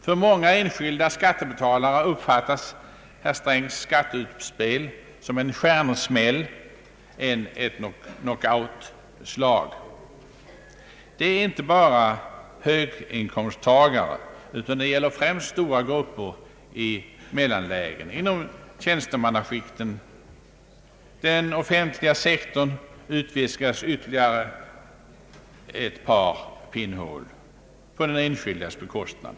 Av många enskilda skattebetalare uppfattas herr Strängs skatteutspel såsom en stjärnsmäll, ett knockout-slag. Det gäller inte bara höginkomsttagare utan främst stora grupper i mellanlägen inom tjänstemannaskiktet. Den offentliga sektorn utvidgas ytterligare cett par pinnhål på den enskildas bekostnad.